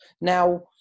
Now